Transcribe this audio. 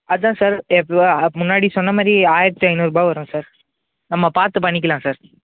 அதுதான் சார் எப்போ முன்னாடி சொன்ன மாதிரி ஆயிரத்தி ஐநூறுரூபா வரும் சார் நம்ம பார்த்து பண்ணிக்கலாம் சார்